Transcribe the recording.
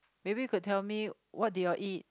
maybe you could tell me what do you all eat